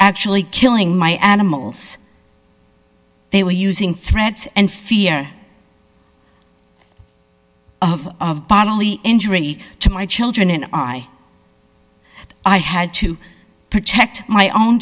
actually killing my animals they were using threats and fear of bodily injury to my children and i i had to protect my own